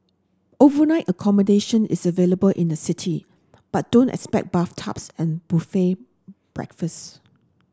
overnight accommodation is available in the city but don't expect bathtubs and buffet breakfast